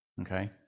Okay